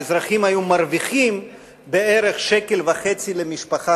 האזרחים היו מרוויחים בערך שקל וחצי למשפחה